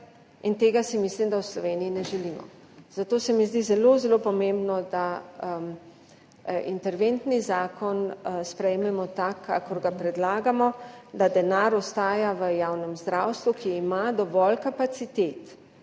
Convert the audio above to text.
Tega si, mislim da, v Sloveniji ne želimo. Zato se mi zdi zelo zelo pomembno, da interventni zakon sprejmemo tak, kakor ga predlagamo, da denar ostaja v javnem zdravstvu, ki ima dovolj kapacitet,